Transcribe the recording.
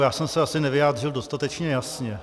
Já jsem se asi nevyjádřil dostatečně jasně.